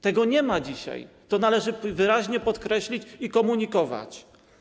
Tego nie ma dzisiaj, to należy wyraźnie podkreślić i komunikować.